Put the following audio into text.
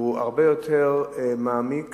הוא הרבה יותר מעמיק